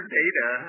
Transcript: data